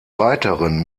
weiteren